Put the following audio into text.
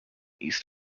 east